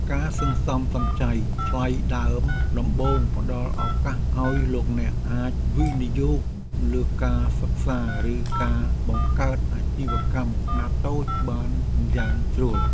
ការសន្សំសំចៃថ្លៃដើមដំបូងផ្ដល់ឱកាសឱ្យលោកអ្នកអាចវិនិយោគលើការសិក្សាឬការបង្កើតអាជីវកម្មខ្នាតតូចបានយ៉ាងស្រួល។